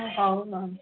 ହଉ ହଉ